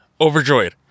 overjoyed